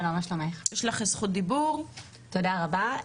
כן, שלום, תודה רבה.